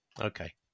Okay